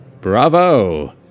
Bravo